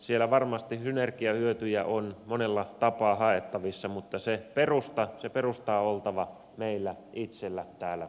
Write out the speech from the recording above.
siellä varmasti synergiahyötyjä on monella tapaa haettavissa mutta sen perustan on oltava meillä itsellämme täällä suomessa